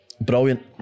Brilliant